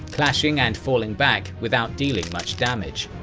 clashing and falling back without dealing much damage.